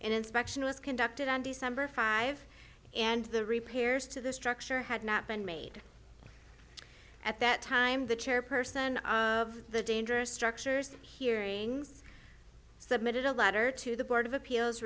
and inspection was conducted on december five and the repairs to the structure had not been made at that time the chairperson of the dangerous structures hearings submitted a letter to the board of appeals